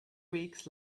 weeks